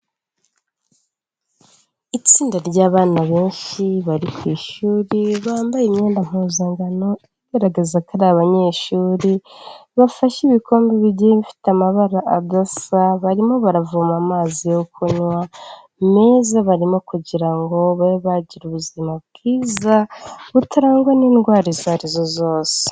Itsinda ry'abana benshi bari ku ishuri bambaye imyenda mpuzangano igaragaza ko ari abanyeshuri bafashe ibikombe bigiye bifite amabara adasa, barimo baravoma amazi yo kunywa meza barimo kugira ngo babe bagira ubuzima bwiza butarangwa n'indwara za arizo zose